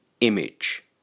image